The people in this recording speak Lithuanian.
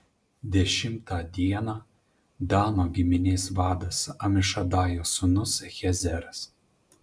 dešimtą dieną dano giminės vadas amišadajo sūnus ahiezeras